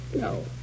No